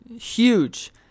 huge